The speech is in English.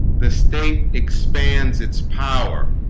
the state expands its power